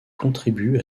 contribue